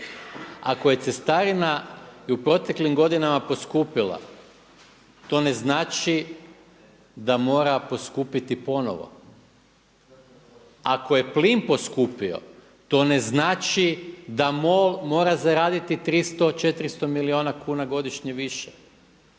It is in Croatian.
Ako je cestarina i u proteklim godinama poskupila to ne znači da mora poskupiti ponovo. Ako je plin poskupio to ne znači da MOL mora zaraditi 300, 400 milijuna kuna godišnje više.